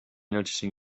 noticing